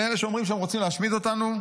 לאלה שאומרים שהם רוצים להשמיד אותנו,